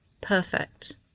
perfect